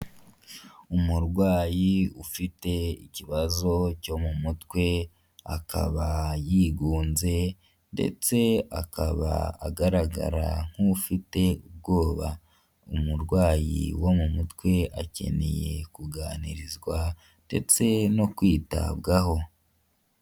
Umurwayi ufite ikibazo cyo mu mutwe akaba yigunze ndetse akaba agaragara nk'ufite ubwoba, umurwayi wo mu mutwe akeneye kuganirizwa ndetse no kwitabwaho.